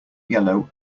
yellow